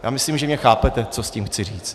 Já myslím, že mě chápete, co tím chci říct.